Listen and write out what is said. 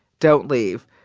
don't leave.